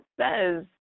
says